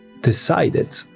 decided